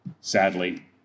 Sadly